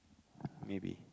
maybe